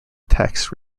tax